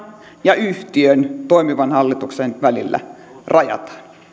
ja yhtiön toimivan hallituksen välillä